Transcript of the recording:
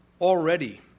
already